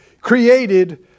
created